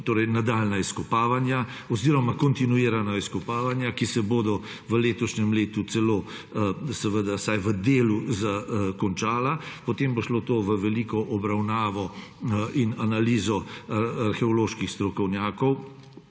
nadaljnja izkopavanja oziroma kontinuirana izkopavanja, ki se bodo v letošnjem letu vsaj v delu končala. Potem bo šlo to v veliko obravnavo in analizo arheoloških strokovnjakov.